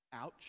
Ouch